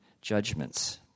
judgments